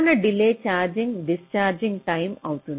ప్రధాన delay charging discharging time అవుతుంది